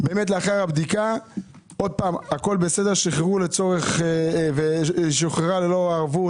לאחר הבדיקה שוב הכול בסדר, שחררו ללא ערבות.